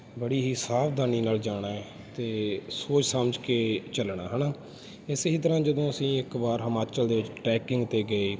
ਬੜੀ ਹੀ ਸਾਵਧਾਨੀ ਨਾਲ ਜਾਣਾ ਹੈ ਅਤੇ ਸੋਚ ਸਮਝ ਕੇ ਚੱਲਣਾ ਹੈ ਨਾ ਇਸੇ ਹੀ ਤਰ੍ਹਾਂ ਜਦੋਂ ਅਸੀਂ ਇੱਕ ਵਾਰ ਹਿਮਾਚਲ ਦੇ ਟੈਕਿੰਗ 'ਤੇ ਗਏ